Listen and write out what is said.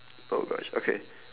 oh gosh okay